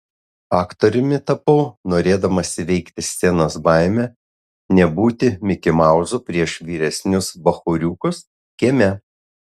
aktoriumi tapau norėdamas įveikti scenos baimę nebūti mikimauzu prieš vyresnius bachūriukus kieme